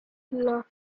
love